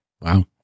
Wow